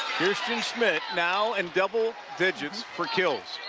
kierstin submit now in double dij oits for kills